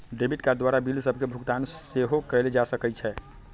debit card द्वारा bill सभके भुगतान सेहो कएल जा सकइ छै